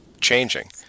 changing